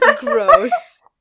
Gross